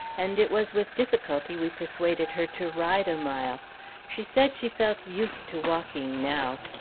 and it was with difficulty we persuaded her to ride a mile she said she felt used to walking now.